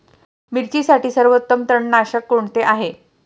मिरचीसाठी सर्वोत्तम तणनाशक कोणते आहे?